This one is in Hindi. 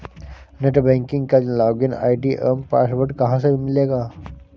नेट बैंकिंग का लॉगिन आई.डी एवं पासवर्ड कहाँ से मिलेगा?